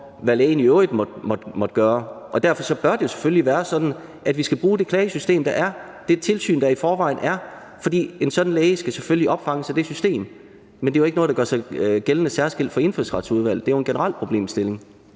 hvad lægen i øvrigt måtte gøre, og derfor bør det selvfølgelig være sådan, at vi skal bruge det klagesystem, der er, det tilsyn, der i forvejen er der, for en sådan læge skal selvfølgelig opfanges af det system. Men det er jo ikke noget, der gør sig gældende særskilt for Indfødsretsudvalget, for det er jo en generel problemstilling.